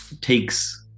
takes